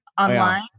online